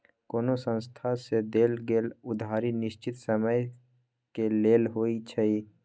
कोनो संस्था से देल गेल उधारी निश्चित समय के लेल होइ छइ